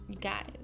guys